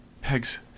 Pegs